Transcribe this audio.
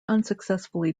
unsuccessfully